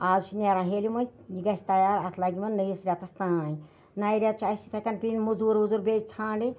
اَز چھُ نیران ہیٚرِمُے یہِ گژھِ تیار اَتھ لَگہِ وۄنۍ نٔیِس رٮ۪تَس تانۍ نَیہِ رٮ۪تہٕ چھُ اَسہِ یِتھَے کَنۍ بیٚیہِ مٔزوٗر ؤزوٗر بیٚیہِ ژھانڑٕنۍ